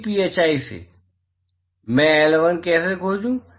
dphi से मैं L1 कैसे खोजूं